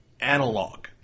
Analog